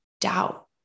doubt